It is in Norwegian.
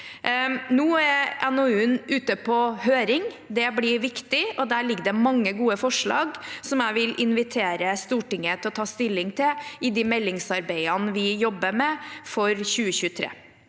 Nå er NOU-en ute på høring. Det blir viktig, og der ligger det mange gode forslag som jeg vil invitere Stortinget til å ta stilling til i det meldingsarbeidet vi jobber med for 2023.